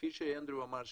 כפיש אנדרו אמר,